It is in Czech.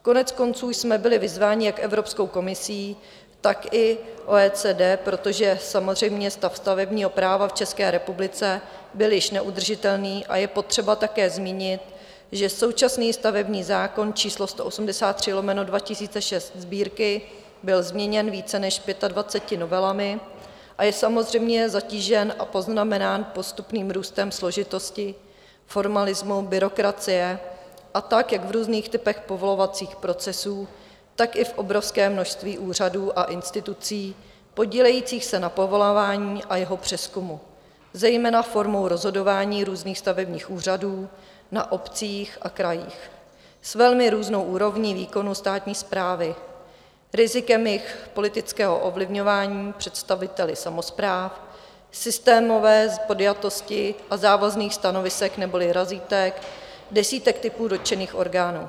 Koneckonců jsme byli vyzváni jak Evropskou komisí, tak i OECD, protože samozřejmě stav stavebního práva v České republice byl již neudržitelný, a je potřeba také zmínit, že současný stavební zákon č. 183/2006 Sb. byl změněn více než pětadvaceti novelami, a je samozřejmě zatížen a poznamenán postupným růstem složitosti, formalismu, byrokracie jak v různých typech povolovacích procesů, tak i v obrovském množství úřadů a institucí podílejících se na povolování a jeho přezkumu, zejména formou rozhodování různých stavebních úřadů na obcích a krajích, velmi různou úrovní výkonu státní správy, rizikem jejich politického ovlivňování představiteli samospráv, systémové podjatosti a závazných stanovisek neboli razítek desítek typů dotčených orgánů.